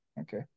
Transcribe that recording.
okay